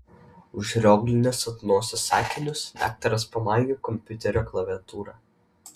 užrioglinęs ant nosies akinius daktaras pamaigė kompiuterio klaviatūrą